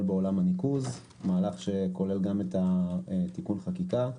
בעולם הניקוז הכולל גם תיקון חקיקה,